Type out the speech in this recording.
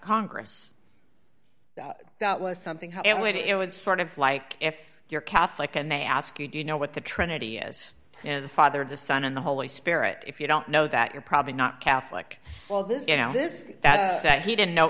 congress that was something how it would it would sort of like if you're catholic and they ask you do you know what the trinity is and the father the son and the holy spirit if you don't know that you're probably not catholic all this you know this that he didn't know